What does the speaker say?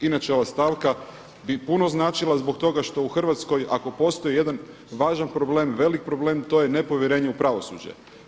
Inače ova stavka bi puno značila zbog toga što u Hrvatskoj ako postoji jedan važan problem, velik problem to je nepovjerenje u pravosuđe.